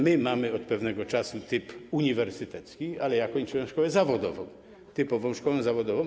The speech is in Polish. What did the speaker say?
My mamy od pewnego czasu typ uniwersytecki, ale ja kończyłem szkołę zawodową, typową szkołę zawodową.